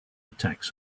attacks